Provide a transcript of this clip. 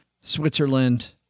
Switzerland